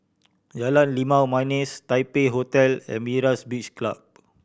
Jalan Limau Manis Taipei Hotel and Myra's Beach Club